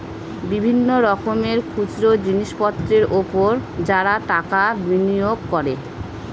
বিভিন্ন রকমের খুচরো জিনিসপত্রের উপর যারা টাকা বিনিয়োগ করে